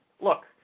look